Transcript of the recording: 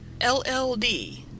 LLD